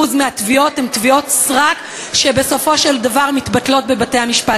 מהתביעות הן תביעות סרק שבסופו של דבר מתבטלות בבתי-המשפט.